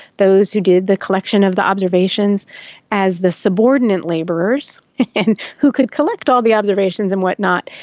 those who did the collection of the observations as the subordinate labourers and who could collect all the observations and whatnot,